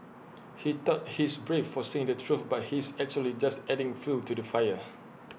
he thought he's brave for saying the truth but he's actually just adding fuel to the fire